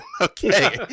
Okay